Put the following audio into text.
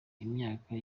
imyaka